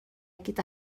gyda